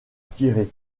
tirer